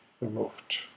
removed